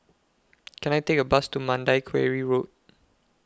Can I Take A Bus to Mandai Quarry Road